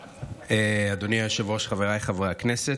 אדוני היושב-ראש, חבריי חברי הכנסת,